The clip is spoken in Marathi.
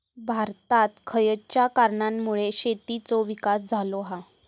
भारतात खयच्या कारणांमुळे शेतीचो विकास झालो हा?